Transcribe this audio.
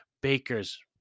Bakers